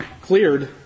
cleared